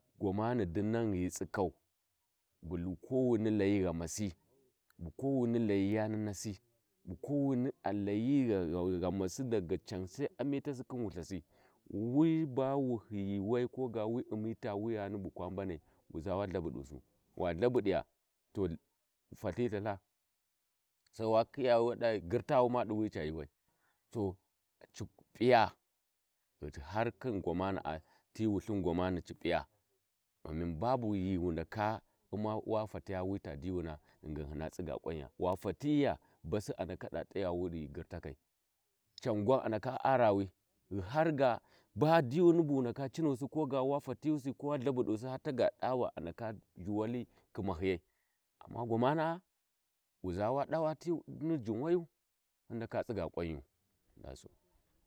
Gwamani dinnan ghi tsikkau bu kowini Layi ghamasi bu kowini Layi yani nassi ko wini a layi ghau ghamasi daga cau Sai amitasi khin wulthasi wi bawu hiyi wai koga wi umi wita wuyanu bukwa mbanai wuza wa ithabadusi wa ithadabudiya to fati ithatha Sai ya khiya ma ya girtawu di wuya ca yuuwai to cu p p p’iya wu ci har khi gwamana’a ti Wulthin gwamanai ci p’iya ghingin babu ghi wu ndaka uma wa tafiya wi ta diyuna ghingin hina tsigga ƙwanya wa fatiya basi ndaka t’ayawu ghi girtakai can gwau a ndaka arawi ghi har ga ba diyuni bu dawa cinusi koga wa fatigusi ko wa lthabusi haa taga dava a ndaka zhu wali khimahiyai amma gwamana’a wuʒa wa dawa ni tiji’u wayu hin ndaka tsigga kwanyu – lhast.